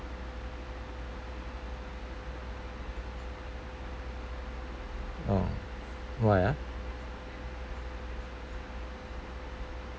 orh why ah